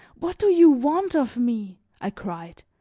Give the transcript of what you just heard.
what do you want of me? i cried.